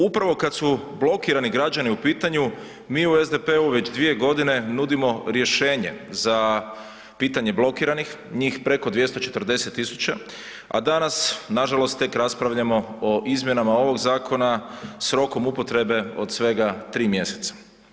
Upravo kad su blokirani građani u pitanju mi u SDP-u već 2 godine nudimo rješenje za pitanje blokiranih, njih preko 240.000, a danas nažalost tek raspravljamo o izmjenama ovog zakona s rokom upotrebe od svega 3 mjeseca.